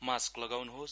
mask लगाउनुहोस्